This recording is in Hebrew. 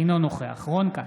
אינו נוכח רון כץ,